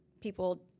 people